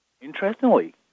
Interestingly